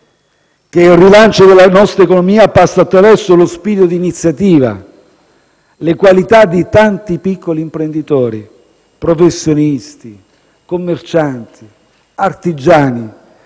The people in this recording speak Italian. che il rilancio della nostra economia passa attraverso lo spirito d'iniziativa, le qualità di tanti piccoli imprenditori, professionisti, commercianti, artigiani,